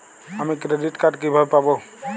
আমি credit card কিভাবে পাবো?